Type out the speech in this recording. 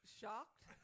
shocked